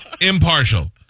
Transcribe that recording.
Impartial